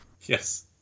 Yes